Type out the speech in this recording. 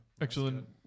Excellent